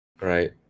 right